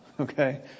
okay